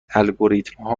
الگوریتمها